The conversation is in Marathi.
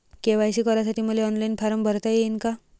के.वाय.सी करासाठी मले ऑनलाईन फारम भरता येईन का?